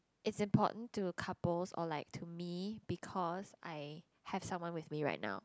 it's important to couples or like to me because I have someone with me right now